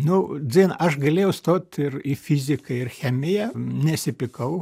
nu dzin aš galėjau stot ir į fiziką ir chemiją nesipykau